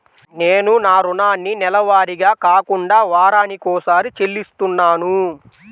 నేను నా రుణాన్ని నెలవారీగా కాకుండా వారానికోసారి చెల్లిస్తున్నాను